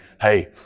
hey